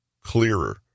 clearer